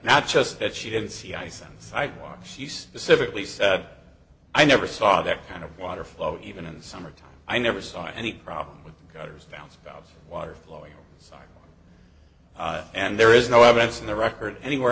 not just that she didn't see ice and sidewalks she specifically said i never saw that kind of water flow even in the summertime i never saw any problem with gutters downspouts water flowing and there is no evidence in the record anywhere